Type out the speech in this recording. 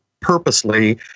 purposely